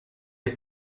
ihr